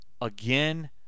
Again